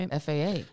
FAA